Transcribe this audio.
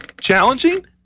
challenging